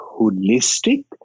holistic